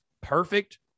perfect